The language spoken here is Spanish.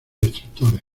destructores